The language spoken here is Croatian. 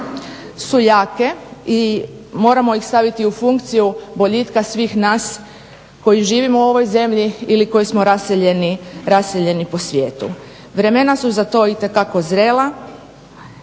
su jake i moramo ih staviti u funkciju boljitka svih nas koji živimo u ovoj zemlji ili koji smo raseljeni po svijetu. Vremena su za to itekako zrela